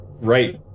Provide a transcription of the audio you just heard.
Right